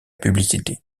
publicité